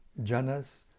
Janas